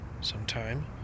sometime